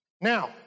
Now